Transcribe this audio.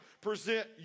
Present